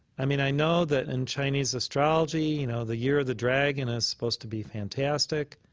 i mean, i know that in chinese astrology you know the year of the dragon is supposed to be fantastic.